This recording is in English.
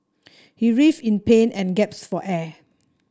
he writhed in pain and gasped for air